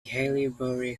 haileybury